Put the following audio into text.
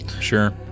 Sure